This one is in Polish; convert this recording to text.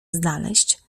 znaleźć